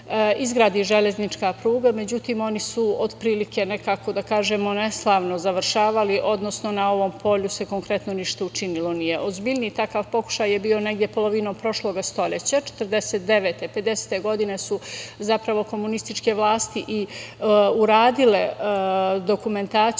izgradi železnička pruga, međutim oni su otprilike nekako da kažemo neslavno završavali, odnosno na ovom polju se konkretno ništa učinilo nije. Ozbiljniji takav pokušaj je bio negde polovinom prošloga stoleća 1949, 1950. godine su zapravo komunističke vlasti i uradile dokumentaciju